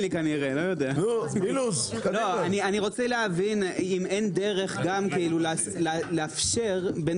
אני רוצה להבין אם אין דרך לאפשר בין